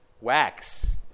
Wax